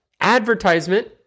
advertisement